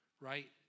right